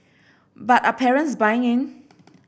but are parents buying in